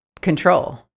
control